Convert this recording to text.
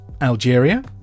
Algeria